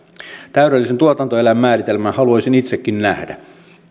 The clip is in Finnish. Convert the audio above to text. täydellisen tuotantoeläinmääritelmän haluaisin itsekin nähdä